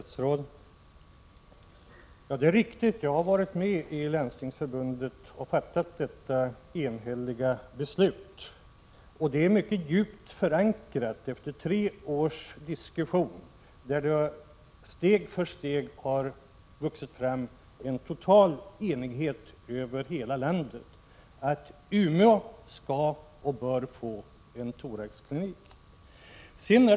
Fru talman! Det är riktigt att jag i Landstingsförbundet har varit med om att fatta detta enhälliga beslut, och det är mycket djupt förankrat efter tre års diskussioner, där det steg för steg har vuxit fram en total enighet i hela landet om att Umeå skall få en thoraxklinik.